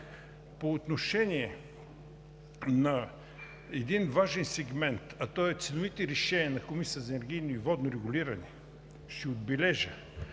По отношение на един важен сегмент, а той е ценовите решения на Комисията за енергийно и водно регулиране, ще отбележа,